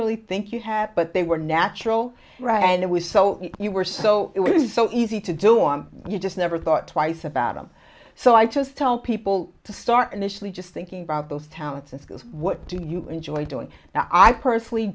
really think you have but they were natural right and it was so you were so it was so easy to do or you just never thought twice about them so i just tell people to start initially just thinking about those talents and skills what do you enjoy doing now i personally